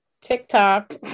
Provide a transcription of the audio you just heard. tiktok